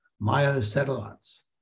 myosatellites